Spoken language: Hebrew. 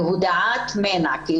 להודעת מנע?